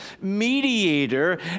mediator